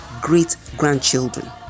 great-grandchildren